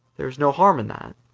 there is no harm in that.